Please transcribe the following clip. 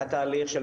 היה תהליך של